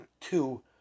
Two